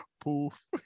poof